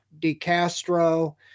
DeCastro